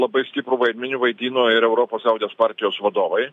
labai stiprų vaidmenį vaidino ir europos liaudies partijos vadovai